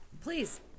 Please